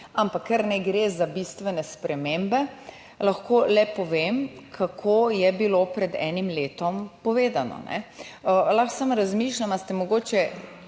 ampak ker ne gre za bistvene spremembe, lahko le povem, kaj je bilo povedano pred enim letom. Lahko samo razmišljam, ali ste mogoče